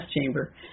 chamber